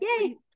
Yay